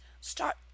Start